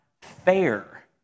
fair